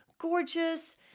gorgeous